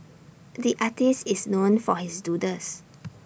the artist is known for his doodles